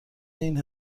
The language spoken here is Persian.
این